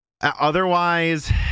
otherwise